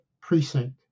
precinct